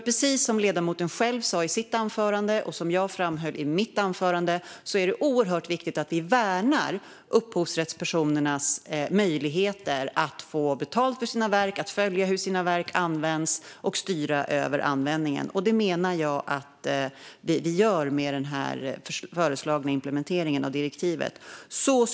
Precis som ledamoten själv sa i sitt anförande, och som jag framhöll i mitt anförande, är det oerhört viktigt att vi värnar upphovsrättspersonernas möjligheter att få betalt för sina verk, följa hur de används och styra över användningen. Det menar jag att vi gör med den föreslagna implementeringen av direktivet. Fru talman!